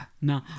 No